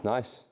Nice